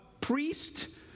priest